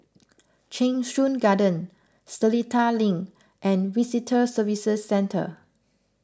Cheng Soon Garden Seletar Link and Visitor Services Centre